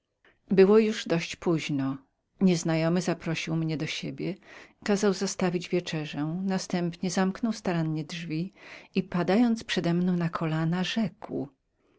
było już poźno nieznajomy zaprosił mnie do siebie kazał zastawić wieczerzę następnie zamknął starannie drzwi i padając przedemną na kolana rzekł